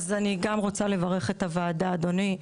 אני גם רוצה לברך את הוועדה אדוני,